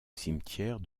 cimetière